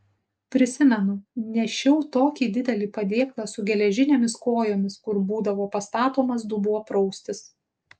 prisimenu nešiau tokį didelį padėklą su geležinėmis kojomis kur būdavo pastatomas dubuo praustis